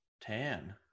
Tan